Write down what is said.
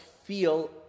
feel